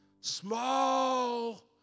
Small